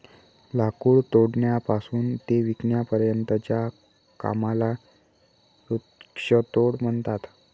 लाकूड तोडण्यापासून ते विकण्यापर्यंतच्या कामाला वृक्षतोड म्हणतात